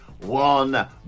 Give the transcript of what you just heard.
one